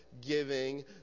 giving